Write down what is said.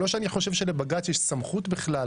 לא שאני חושב שלבג"ץ יש סמכות בכלל,